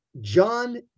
John